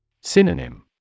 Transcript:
Synonym